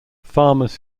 farmers